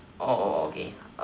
okay okay